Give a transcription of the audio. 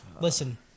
Listen